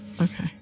Okay